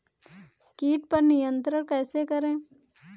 कीट पर नियंत्रण कैसे करें?